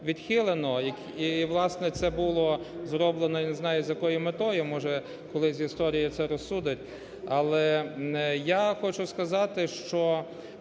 відхилено. І, власне, це було зроблено я не знаю, з якою метою. Може колись історія це розсудить, але я хочу сказати, що,